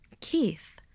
Keith